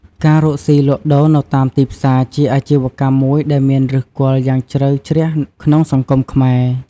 ការរកស៊ីលក់ដូរនៅតាមទីផ្សារជាអាជីវកម្មមួយដែលមានឫសគល់យ៉ាងជ្រៅជ្រះក្នុងសង្គមខ្មែរ។